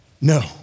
No